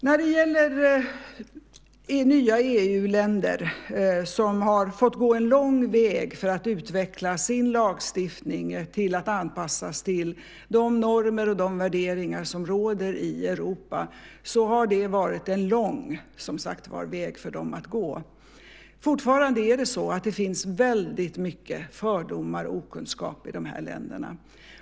När det gäller de nya EU-länder som har fått gå en lång väg för att utveckla sin lagstiftning till att anpassas till de normer och de värderingar som råder i Europa har vägen, som sagt var, varit lång för dem att gå. Fortfarande är det så att det finns väldigt mycket fördomar och okunskap i de här länderna.